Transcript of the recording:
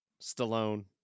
stallone